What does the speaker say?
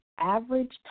average